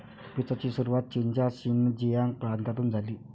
पीचची सुरुवात चीनच्या शिनजियांग प्रांतातून झाली